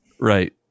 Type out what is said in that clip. Right